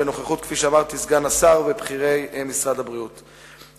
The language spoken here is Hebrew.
בנוכחות סגן השר ובכירי משרד הבריאות,